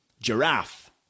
giraffe